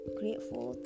grateful